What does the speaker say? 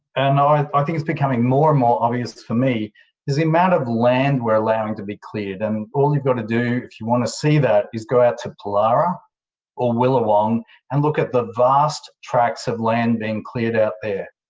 and i think it's becoming more and more obvious for me is the amount of land we're allowing to be cleared. and all you've got to do if you want to see that is go out to boolarra or willawong and look at the vast tracts of land being cleared out there.